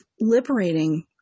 liberating